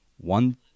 one